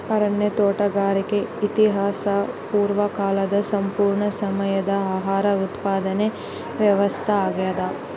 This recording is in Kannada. ಅರಣ್ಯ ತೋಟಗಾರಿಕೆ ಇತಿಹಾಸ ಪೂರ್ವಕಾಲದ ಸಂಪೂರ್ಣ ಸಾವಯವ ಆಹಾರ ಉತ್ಪಾದನೆ ವ್ಯವಸ್ಥಾ ಆಗ್ಯಾದ